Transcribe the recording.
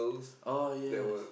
oh yes